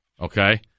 okay